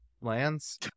lands